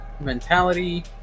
mentality